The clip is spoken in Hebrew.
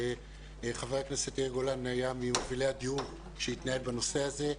שחבר הכנסת יאיר גולן היה ממובילי הדיון שהתנהל בנושא הזה,